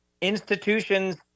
institutions